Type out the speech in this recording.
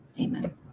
Amen